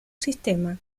sistema